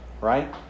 right